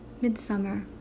Midsummer